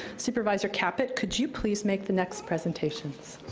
supervisor caput, could you please make the next presentations?